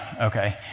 Okay